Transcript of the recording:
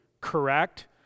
correct